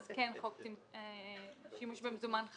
כן חל עליהם חוק צמצום השימוש במזומן.